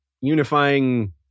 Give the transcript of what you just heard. unifying